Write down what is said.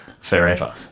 forever